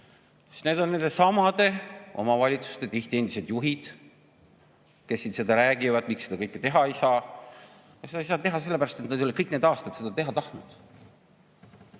Need on tihti nendesamade omavalitsuste endised juhid, kes siin räägivad, miks seda kõike teha ei saa. Seda ei saa teha sellepärast, et nad ei ole kõik need aastad seda teha tahtnud.